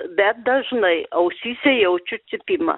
bet dažnai ausyse jaučiu cypimą